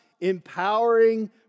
empowering